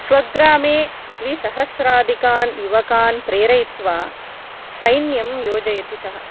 स्वग्रामे द्विसहस्रादिकान् युवकान् प्रेरयित्वा सैन्यं योजयति सः